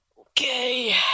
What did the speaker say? Okay